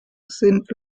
sind